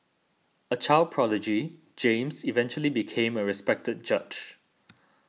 a child prodigy James eventually became a respected judge